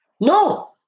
No